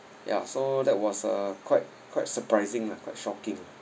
ya so that was a quite quite surprising lah quite shocking